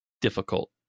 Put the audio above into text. difficult